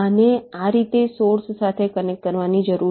આને આ રીતે સોર્સ સાથે કનેક્ટ કરવાની જરૂર છે